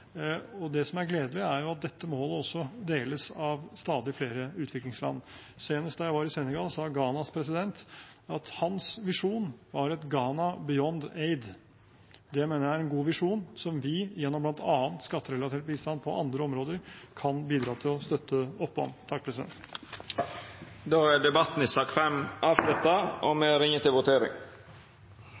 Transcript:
og det som er gledelig, er at dette målet også deles av stadig flere utviklingsland. Senest da jeg var i Senegal, sa Ghanas president at hans visjon var et «Ghana beyond aid». Det mener jeg er en god visjon, som vi, gjennom bl.a. skatterelatert bistand på andre områder, kan bidra til å støtte opp om. Interpellasjonsdebatten er då avslutta. : Då er Stortinget klar til å gå til votering.